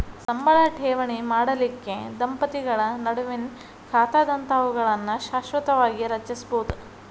ಸಂಬಳ ಠೇವಣಿ ಮಾಡಲಿಕ್ಕೆ ದಂಪತಿಗಳ ನಡುವಿನ್ ಖಾತಾದಂತಾವುಗಳನ್ನ ಶಾಶ್ವತವಾಗಿ ರಚಿಸ್ಬೋದು